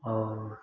और